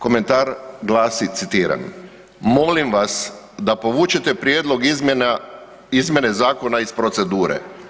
Komentar glasi citiram: Molim vas da povučete prijedlog izmjena, izmjene zakona iz procedure.